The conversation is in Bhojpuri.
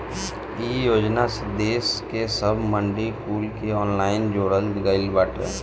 इ योजना से देस के सब मंडी कुल के ऑनलाइन जोड़ल गईल बाटे